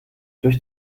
durch